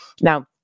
Now